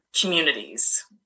communities